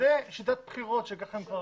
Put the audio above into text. זאת שיטת בחירות שהייתה.